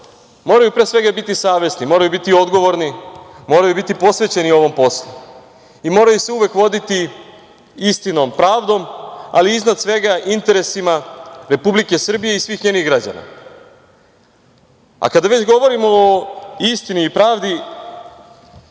moraju pre svega biti savesni, moraju biti odgovorni, moraju biti posvećeni ovom poslu i moraju se uvek voditi istinom, pravdom, ali iznad svega interesima Republike Srbije i svih njenih građana. Kada već govorimo o istini i pravdi